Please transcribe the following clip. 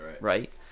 right